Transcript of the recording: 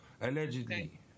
Allegedly